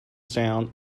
sound